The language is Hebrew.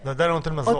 זה עדיין לא נותן מזור.